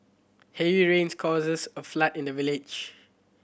heavy rains causes a flood in the village